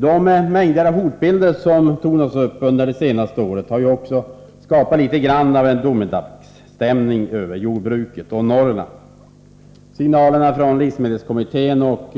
De mängder av hotbilder som tonat fram under det senaste året har skapat litet av domedagsstämning över jordbruket och Norrland. Signalerna från livsmedelskommittén och